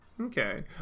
Okay